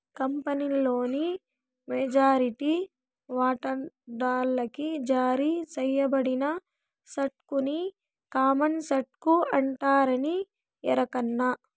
కంపినీలోని మెజారిటీ వాటాదార్లకి జారీ సేయబడిన స్టాకుని కామన్ స్టాకు అంటారని ఎరకనా